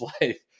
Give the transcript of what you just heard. life